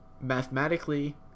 mathematically